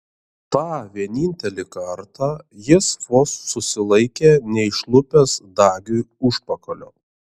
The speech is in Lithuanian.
tą vienintelį kartą jis vos susilaikė neišlupęs dagiui užpakalio